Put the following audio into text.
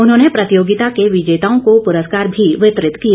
उन्होंने प्रतियोगिता के विजेताओं को पुरस्कार भी वितरित किए